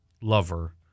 lover